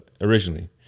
originally